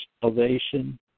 salvation